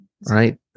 right